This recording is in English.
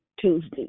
Tuesday